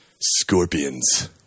scorpions